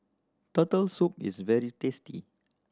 Turtle Soup is very tasty